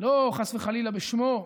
לא חס וחלילה בשמו: